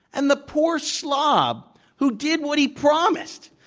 and the poor slob who did what he promised,